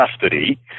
custody